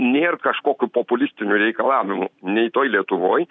nėr kažkokių populistinių reikalavimų nei toj lietuvoj